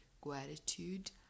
gratitude